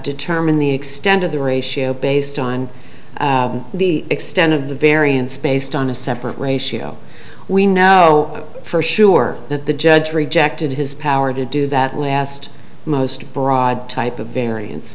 determine the extent of the ratio based on the extent of the variance based on a separate ratio we know for sure that the judge rejected his power to do that last most broad type of variance